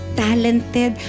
talented